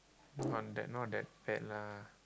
on the not that bad lah